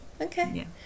okay